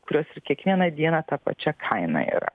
kurios ir kiekvieną dieną ta pačia kaina yra